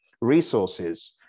resources